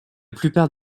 plupart